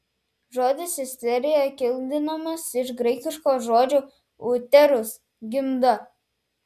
žodis isterija kildinamas iš graikiško žodžio uterus gimda